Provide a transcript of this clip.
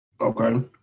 Okay